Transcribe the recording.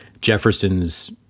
Jefferson's